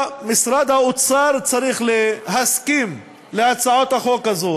משרד האוצר צריך להסכים להצעת החוק הזאת.